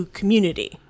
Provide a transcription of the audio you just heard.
community